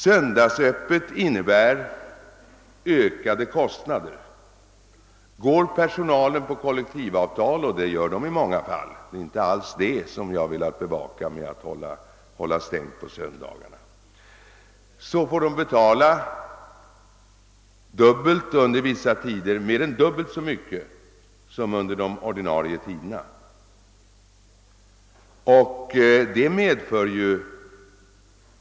Söndagsöppet innebär ökade kostnader. Är personalen anställd enligt kollektivavtal, får affärsinnehavaren undes vissa tider betala sina anställda mer än dubbelt så mycket som under ordinarie arbetstid, men det är inte detta jag har velat bevaka.